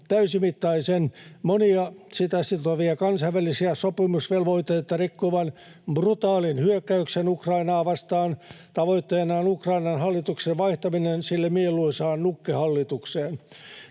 täysimittaisen, monia sitä sitovia kansainvälisiä sopimusvelvoitteita rikkovan, brutaalin hyökkäyksen Ukrainaa vastaan tavoitteenaan Ukrainan hallituksen vaihtaminen sille mieluisaan nukkehallitukseen.